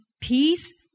peace